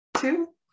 two